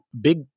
Big